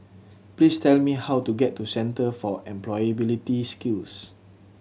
please tell me how to get to Center for Employability Skills